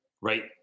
right